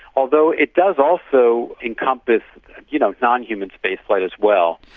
although it does also encompass you know non-human spaceflight as well.